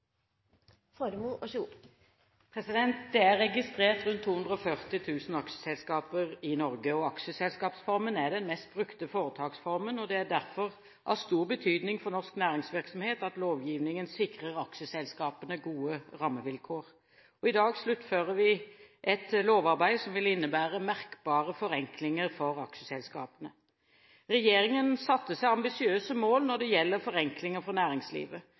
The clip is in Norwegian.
registrert rundt 240 000 aksjeselskaper i Norge, og aksjeselskapsformen er den mest brukte foretaksformen. Det er derfor av stor betydning for norsk næringsvirksomhet at lovgivningen sikrer aksjeselskapene gode rammevilkår. I dag sluttfører vi et lovarbeid som vil innebære merkbare forenklinger for aksjeselskapene. Regjeringen har satt seg ambisiøse mål når det gjelder forenklinger for næringslivet.